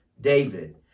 David